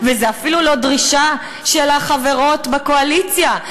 וזו אפילו לא דרישה של החברות בקואליציה.